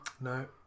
No